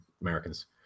americans